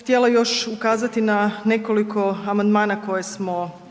htjela još ukazati i na nekoliko amandmana koje smo dali.